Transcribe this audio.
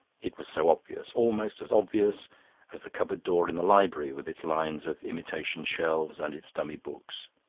it was so obvious, almost as obvious as the cupboard door in the library with its lines of imitation shelves and its dummy books.